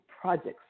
projects